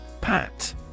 Pat